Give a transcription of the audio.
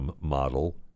model